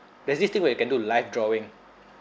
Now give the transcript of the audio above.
there's this thing where you can do live drawing